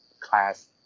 class